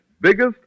Biggest